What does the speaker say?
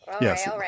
Yes